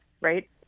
right